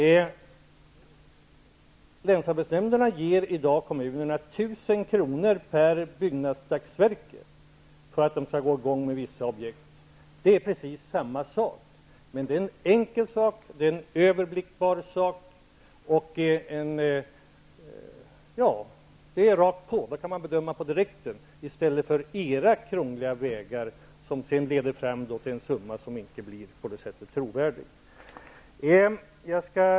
kr. per byggnadsdagsverke för att de skall sätta i gång vissa objekt. Det innebär precis samma sak, men det är enkelt och överblickbart. Det är att gå rakt på. Då kan man göra bedömningen direkt i stället för att gå de krångliga vägar som ni föreslår, som sedan leder fram till en summa som av det skälet inte blir trovärdig.